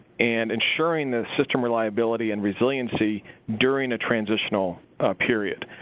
and ensuring the system reliability and resiliency during a transitional period,